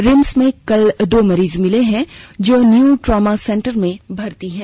RIMS में कल दो मरीज मिले हैं जो न्यू ट्रामा सेंटर में भर्ती हैं